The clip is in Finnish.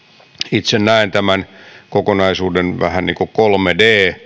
itse näen tämän kokonaisuuden vähän niin kuin kolme d